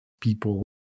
people